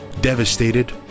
Devastated